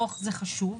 חשוב,